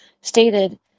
stated